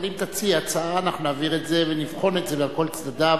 אבל אם תציעי הצעה אנחנו נעביר את זה ונבחן את זה על כל צדדיו.